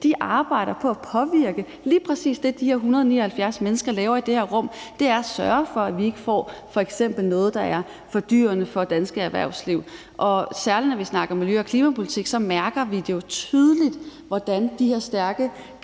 De arbejder for at påvirke lige præcis det, som 179 mennesker laver i det her rum, som er at sørge for, at vi f.eks. ikke får noget, der er fordyrende for det danske erhvervsliv. Særlig når vi snakker miljø- og klimapolitik, mærker vi jo tydeligt, hvordan de her stærke kampe